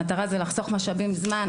המטרה זה לחסוך משאבים וזמן,